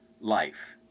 life